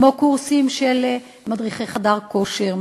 כמו קורסים של מדריכי חדר כושר,